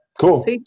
Cool